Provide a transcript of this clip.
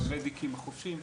הפראמדיקים והחובשים,